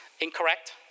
incorrect